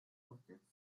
objects